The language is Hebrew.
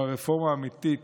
אבל רפורמה אמיתית